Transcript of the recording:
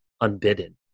unbidden